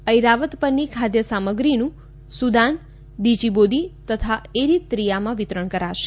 ઐરાવત પરની ખાદ્ય સામગ્રીનું સુદાન દિજીબોતી તથા એરીત્રીયામાં વિતરણ કરાશે